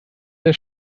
der